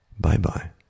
Bye-bye